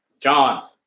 John